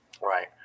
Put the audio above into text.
right